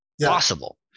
possible